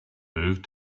moved